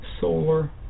solar